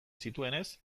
zituenez